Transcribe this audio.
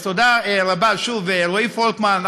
אז תודה רבה, שוב, רועי פולקמן.